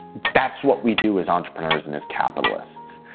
that's what we do as entrepreneurs and as capitalists.